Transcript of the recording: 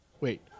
Wait